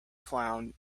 clown